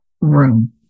room